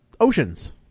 oceans